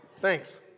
Thanks